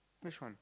which one